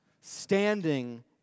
standing